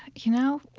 you know,